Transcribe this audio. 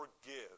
forgive